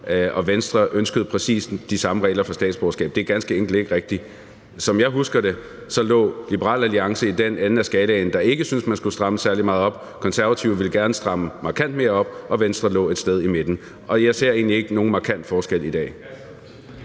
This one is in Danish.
og Venstre ønskede præcis de samme regler for statsborgerskab – det er ganske enkelt ikke rigtigt. Som jeg husker det, lå Liberal Alliance i den ende af skalaen, der ikke syntes, man skulle stramme særlig meget op; Konservative ville gerne stramme markant mere op, og Venstre lå et sted i midten. Og jeg ser egentlig ikke nogen markant forskel i dag.